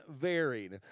varied